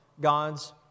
God's